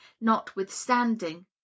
notwithstanding